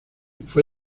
fue